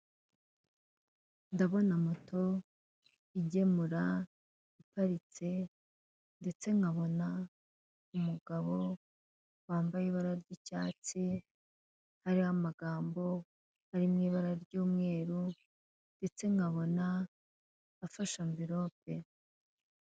Ndabona moto igemura iparitse ndetse nkabona umugabo wambaye ibara ry'icyatsi hariho amagambo ari mu ibara ry'umweru ndetse nkabona afashe amvelope.